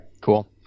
cool